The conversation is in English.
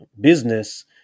business